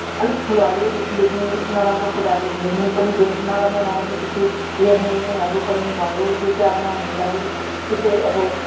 अलिक ठुलोहरूले लुकीलुकी नराम्रो कुराहरू हेर्ने पनि बे नराम्रो नराम्रो के के हेर्नेहरू पनि भयो त्यो चाहिँ अब नानीहरूको लागि त्यो चाहिँ अब